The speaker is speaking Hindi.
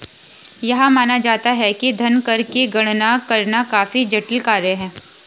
यह माना जाता है कि धन कर की गणना करना काफी जटिल कार्य है